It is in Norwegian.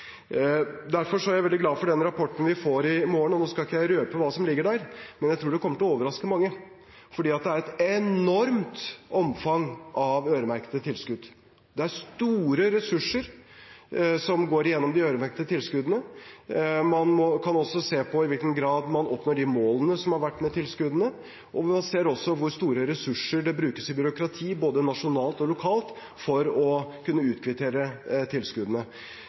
Derfor er jeg veldig glad for den rapporten vi får i morgen. Nå skal ikke jeg røpe hva som ligger der, men jeg tror det kommer til å overraske mange, for det er et enormt omfang av øremerkede tilskudd. Det er store ressurser som går gjennom de øremerkede tilskuddene. Man kan også se på i hvilken grad man oppnår de målene som har vært med tilskuddene. Man ser også hvor store ressurser det brukes i byråkrati både nasjonalt og lokalt for å kunne utkvittere tilskuddene.